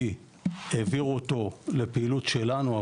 כי העבירו אותו לפעילות שלנו,